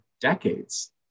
decades